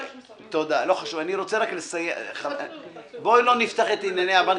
בואו לא נפתח את ענייני הבנקים.